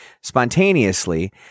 Spontaneously